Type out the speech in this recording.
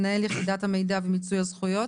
מנהל יחידת המידע ומיצוי הזכויות.